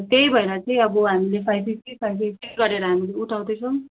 त्यही भएर चाहिँ अब हामीले फाइभ फिफ्टी फाइब फिफ्टी गरेर हामीले उठाउँदै छौँ